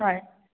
হয়